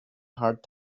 hard